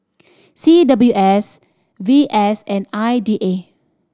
C W S V S and I D A